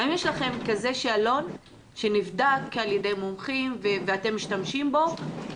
האם יש לכם כזה שאלון שנבדק על ידי מומחים ואתם משתמשים בו.